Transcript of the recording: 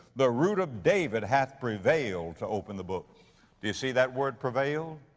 the root of david, hath prevailed to open the book do you see that word prevailed?